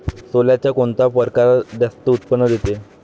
सोल्याचा कोनता परकार जास्त उत्पन्न देते?